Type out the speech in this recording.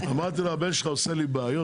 אמרתי לו: הבן שלך עושה לי בעיות,